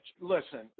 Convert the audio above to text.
Listen